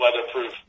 weatherproof